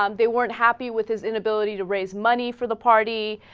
um they weren't happy with his inability to raise money for the party